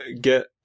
get